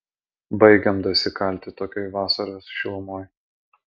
baigiam dasikalti tokioj vasaros šilumoj